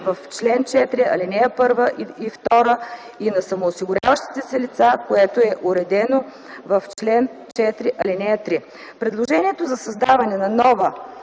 в чл. 4, ал. 1 и 2, и на самоосигуряващите се лица, което е уредено в чл. 4, ал. 3. Предложението за създаване на нова